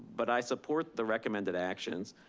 but i support the recommended actions,